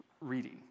reading